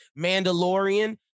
Mandalorian